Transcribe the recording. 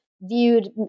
viewed